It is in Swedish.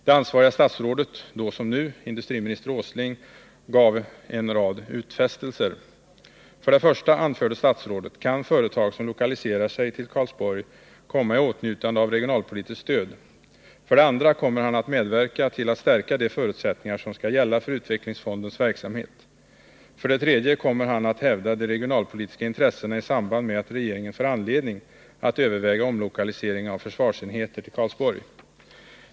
Det ansvariga statsrådet då som nu — industriminister Åsling — gav en rad utfästelser, av följande innebörd: För det första kan företag som lokaliserar sig till Karlsborg komma i åtnjutande av regionalpolitiskt stöd. För det andra kommer statsrådet att medverka till att stärka de förutsättningar som skall gälla för utvecklingsfondens verksamhet. För det tredje kommer statsrådet att hävda de regionalpolitiska intressena i samband med att regeringen får anledning att överväga omlokalisering av försvarsenheter till Karlsborg.